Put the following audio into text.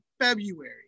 February